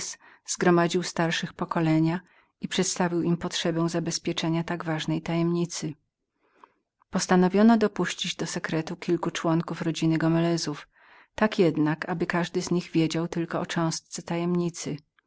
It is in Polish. zgromadził starszych pokolenia i przedstawił im potrzebę zabezpieczenia tak ważnej tajemnicy postanowiono żeby zawiadomić o tem kilku członków z rodziny gomelezów tak jednak aby każdy z nich wiedział tylko o jednej cząstce tajemnicy